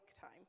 time